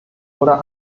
oder